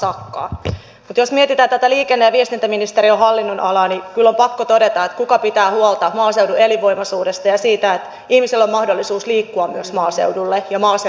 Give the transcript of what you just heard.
mutta jos mietitään tätä liikenne ja viestintäministeriön hallinnonalaa niin kyllä on pakko todeta että kuka pitää huolta maaseudun elinvoimaisuudesta ja siitä että ihmisillä on mahdollisuus liikkua myös maaseudulle ja maaseudulta pois